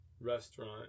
restaurant